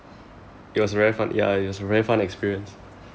it was very fun ya it was a very fun experience